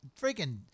freaking